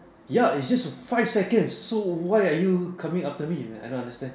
ya it's just for five seconds so why are you coming after me I don't understand